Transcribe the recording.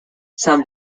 some